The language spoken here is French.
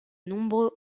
nombreux